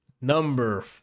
Number